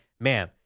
Ma'am